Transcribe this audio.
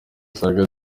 usanga